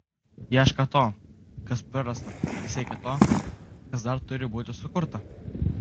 iešką to kas prarasta ar siekią to kas dar turi būti sukurta